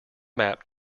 map